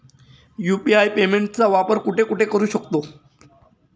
UPI पेमेंटचा वापर कुठे कुठे करू शकतो?